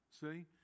See